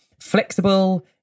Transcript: flexible